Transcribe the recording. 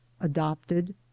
adopted